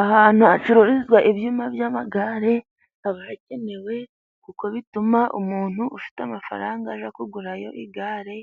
Ahantu hacururizwa ibyuma by'amagare haba hakenewe, kuko bituma umuntu ufite amafaranga aja kugurayo igare,